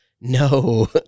No